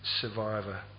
survivor